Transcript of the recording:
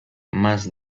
más